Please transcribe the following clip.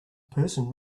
person